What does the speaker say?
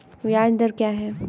ब्याज दर क्या है?